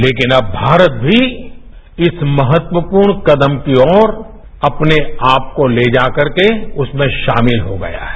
लेकिन अब भारत भी इस महत्वपूर्ण कदम कीओर अपने आपको लेकर इसमें शामिल हो गया है